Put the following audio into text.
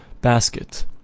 basket